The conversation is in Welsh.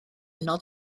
unol